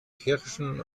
kirschen